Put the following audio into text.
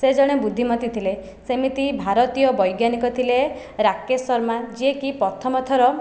ସେ ଜଣେ ବୁଦ୍ଧିମତୀ ଥିଲେ ସେମିତି ଭାରତୀୟ ବୈଜ୍ଞାନିକ ଥିଲେ ରାକେଶ ଶର୍ମା ଯିଏକି ପ୍ରଥମଥର